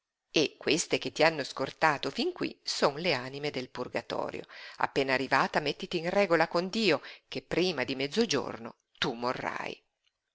e queste che ti hanno scortata fin qui sono anime del purgatorio appena arrivata mettiti in regola con dio ché prima di mezzogiorno tu morrai